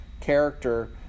character